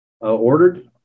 ordered